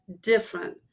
different